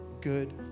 good